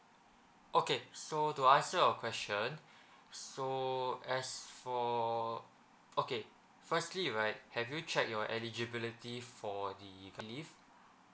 okay so to answer your question so as for okay firstly right have you check your eligibility for the leave